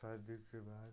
शादी के बाद